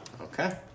Okay